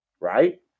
right